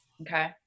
okay